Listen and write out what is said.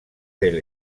del